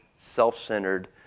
self-centered